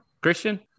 Christian